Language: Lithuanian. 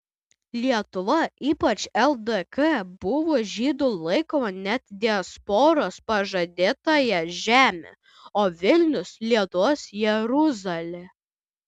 lietuva ypač ldk buvo žydų laikoma net diasporos pažadėtąja žeme o vilnius lietuvos jeruzale